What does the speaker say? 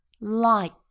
light